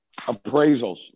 appraisals